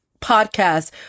podcast